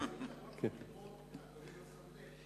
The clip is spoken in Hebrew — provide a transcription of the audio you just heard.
יש יתרון בבחירות.